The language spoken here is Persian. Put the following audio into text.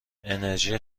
انرژی